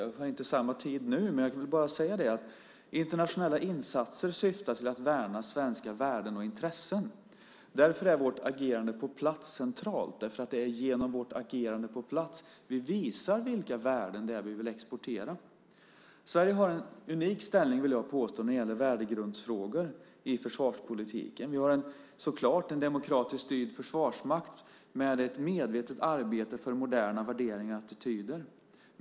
Jag har inte samma tid nu, men jag vill bara säga att internationella insatser syftar till att värna svenska värden och intressen. Därför är vårt agerande på plats centralt. Det är genom vårt agerande på plats vi visar vilka värden vi vill exportera. Jag vill påstå att Sverige har en unik ställning när det gäller värdegrundsfrågor i försvarspolitiken. Vi har så klart en demokratiskt styrd försvarsmakt med ett medvetet arbete för moderna värderingar och attityder.